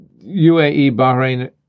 UAE-Bahrain